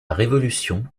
révolution